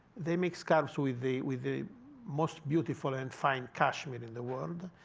they make scarves with the with the most beautiful and fine cashmere in the world.